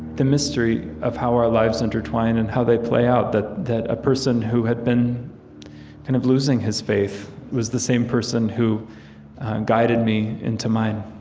the mystery of how our lives intertwine and how they play out. that a person who had been kind of losing his faith was the same person who guided me into mine